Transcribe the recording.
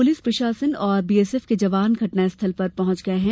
police प्रशासन और BSF के जवान घटना स्थल पर पहुंच गये हैं